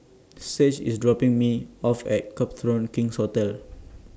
Sage IS dropping Me off At Copthorne King's Hotel